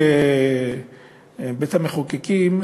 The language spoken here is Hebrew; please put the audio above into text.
כבית-המחוקקים,